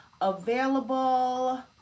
available